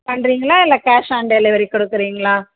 பண்ணுறீங்களா இல்லை cash on delivery கொடுக்குறீங்களா